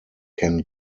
can